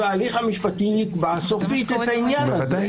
וההליך המשפטי יקבע סופית את העניין הזה.